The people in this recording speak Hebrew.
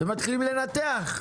מתחילים לנתח,